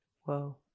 Whoa